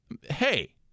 hey